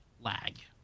lag